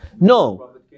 No